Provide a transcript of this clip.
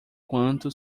quanto